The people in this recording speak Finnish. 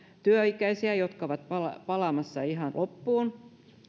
työikäisiä jotka ovat palamassa palamassa ihan loppuun